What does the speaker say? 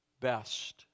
best